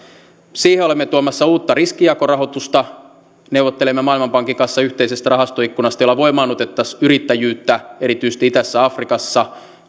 siihen olemme tuomassa uutta riskijakorahoitusta neuvottelemme maailmanpankin kanssa yhteisestä rahastoikkunasta jolla voimaannutettaisiin yrittäjyyttä erityisesti itäisessä afrikassa